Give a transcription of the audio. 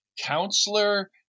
Counselor